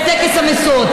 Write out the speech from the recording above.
בטקס המשואות.